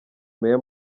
meya